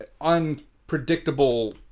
unpredictable